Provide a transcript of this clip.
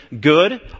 good